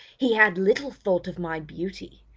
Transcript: he had little thought of my beauty.